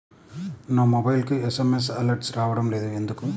నా మొబైల్కు SMS alerts రావడం లేదు ఎందుకు?